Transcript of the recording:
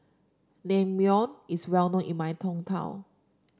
naengmyeon is well known in my hometown